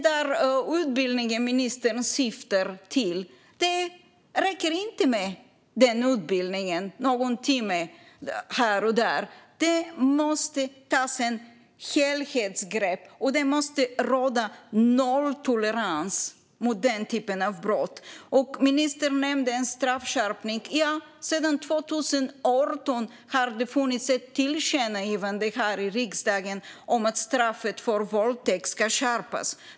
Den utbildning på någon timme här och där som ministern syftar på räcker inte. Det måste tas ett helhetsgrepp, och det måste råda nolltolerans mot den typen av brott. Ministern nämnde en straffskärpning. Sedan 2018 har det funnits ett tillkännagivande här i riksdagen om att straffet för våldtäkt ska skärpas.